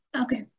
Okay